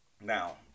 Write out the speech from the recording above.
Now